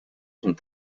sont